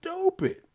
stupid